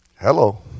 Hello